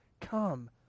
come